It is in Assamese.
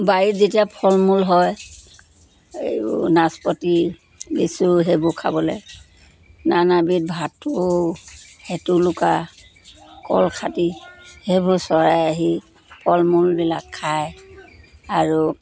বাৰীত যেতিয়া ফল মূল হয় এই নাচপতি লেচু সেইবোৰ খাবলে নানাবিধ ভাটৌ হেতুলুকা কলখাটি সেইবোৰ চৰাই আহি ফল মূলবিলাক খায় আৰু